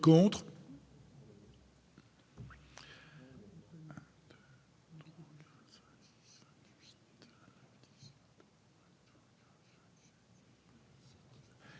...